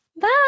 bye